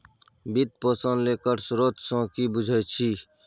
वित्त पोषण केर स्रोत सँ कि बुझै छी